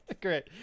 great